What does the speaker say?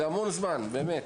זה המון זמן, באמת.